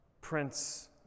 Prince